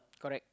correct